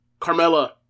Carmella